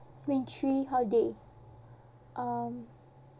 domain three holiday um